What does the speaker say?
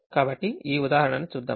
కాబట్టి ఈ ఉదాహరణను చూద్దాం